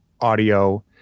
audio